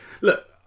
look